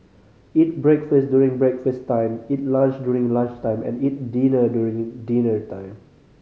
eat breakfast during breakfast time eat lunch during lunch time and eat dinner during dinner time